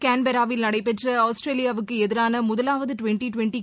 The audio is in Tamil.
கான்பராவில் நடைபெற்ற ஆஸ்திரேலியாவுக்கு எதிரான முதவாவது டுவெண்டி டுவெண்டி